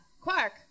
Quark